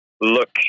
look